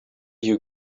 you